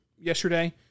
yesterday